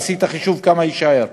תעשי את החישוב כמה יישארו,